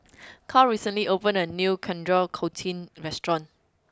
Karl recently opened a new Coriander Chutney restaurant